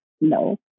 no